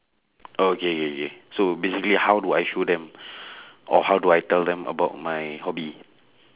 oh K K K so basically how do I show them or how do I tell them about my hobby